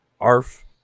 Arf